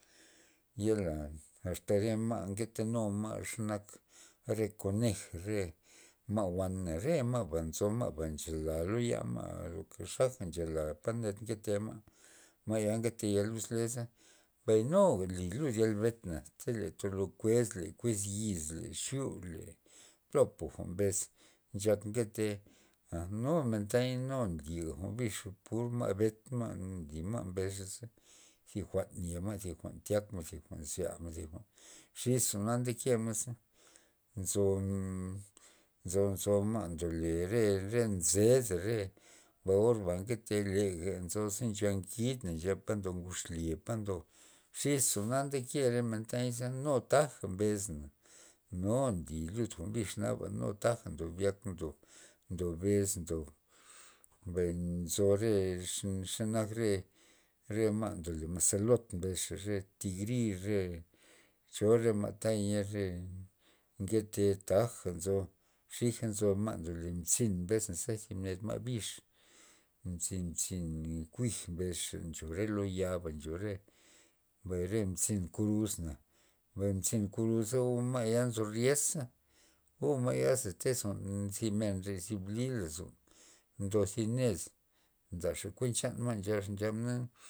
Yala, asta re ma' nketenu ma' xenak re koneja re ma' wana re ma'ba nzo ma'ba ncho zalma' nchoga lo ya ma' per xaja nchala palad nkete ma', ma'ya nkete ya luz leza mbay nuga nly lud yal benta le tolo kuez le kuez yiz le xyu le plopa jwa'n mbes nchak nkete a nu men taya nu nliga jwa'n bix pur ma' benta ma' nly ma' mbes xa, thi jwa'n nye ma' thi jwa'n tyakmen xis jwa'na naze nzo nzo- nzo ma' ndole re- re nzeda re or ba nkete lega nzo ze ncha ngid ncha po nzo ngud xlye pa ndo xis jwa'na nke re men taya za nu taja mbes na nu nly jwa'n bix naba nu taja ndob yak ndob ndo bes ndob, mbay nzo re xanak re re ma'ndole mazalot mbes xa tigriyo re cho re ma'ta re nkete taja nzo xija nzo ma' ndole zi'n mbesna na thib ned ma' bix mzin- zin kuij mbes xa ncho lo re lo yoba ncho re mbay re mzin kruz na mbay mzin kruza or ma' ya nzo ryeza o ma'yaza jwa'n thi men re thi bli lozon ndo zi ned ndaxa kuen cha ma' nchab xa na.